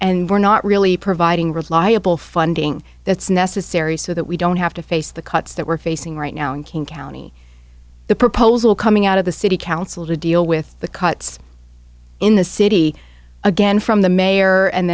and we're not really providing reliable funding that's necessary so that we don't have to face the cuts that we're facing right now in king county the proposal coming out of the city council to deal with the cuts in the city again from the mayor and